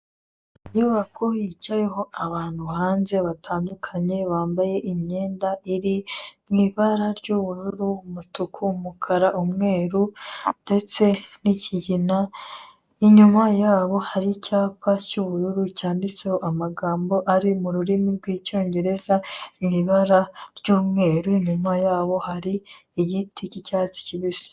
Inyubako yicayeho abantu hanze batandukanye bambaye imyenda iri mu ibara ry'ubururu, umutuku umukara, umweru, ndetse n'ikigina. Inyuma yabo hari icyapa cy'ubururu cyanditseho amagambo ari mu rurimi rw'Icyongereza, mu ibara ry'umweru inyuma yabo hari igiti cy'icyatsi kibisi.